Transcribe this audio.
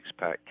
Sixpack